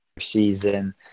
season